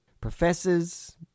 professors